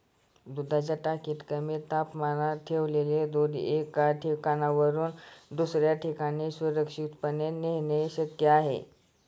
दुधाच्या टाकीत कमी तापमानात ठेवलेले दूध एका ठिकाणाहून दुसऱ्या ठिकाणी सुरक्षितपणे नेणे शक्य आहे